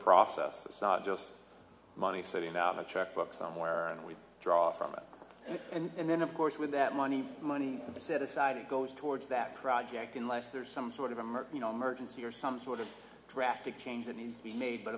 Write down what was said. process not just money sitting out a checkbook somewhere and we draw from it and then of course with that money money set aside it goes towards that project unless there's some sort of emerge you know emergency or some sort of drastic change that needs to be made but